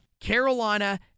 Carolina